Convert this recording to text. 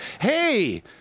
hey